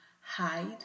hide